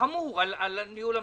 חמור על ניהול המדינה.